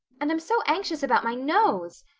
and i'm so anxious about my nose.